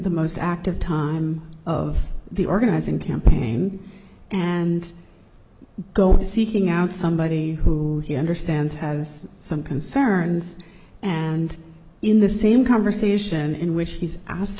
the most active time of the organizing campaign and go seeking out somebody who understands has some concerns and in the same conversation in which he's asked